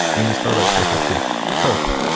many startups will have to help.